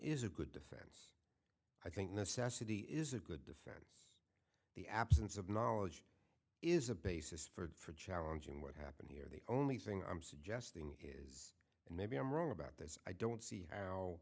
is a good defense i think necessity is a good defense the absence of knowledge is a basis for challenging what happened here the only thing i'm suggesting is and maybe i'm wrong about this i don't see how